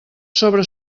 sobre